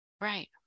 Right